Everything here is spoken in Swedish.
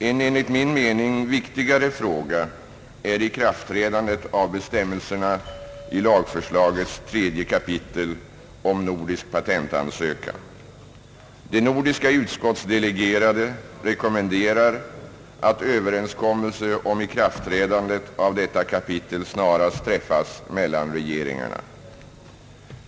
En enligt min mening viktigare fråga är ikraftträdandet av bestämmelserna i lagförslagets tredje kapitel om nordisk patentansökan. De nordiska utskottsdelegerade rekommenderar att överenskommelse om ikraftträdandet av detta kapitel snarast träffas mellan regeringarna.